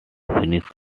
finish